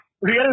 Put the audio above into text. real